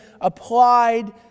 applied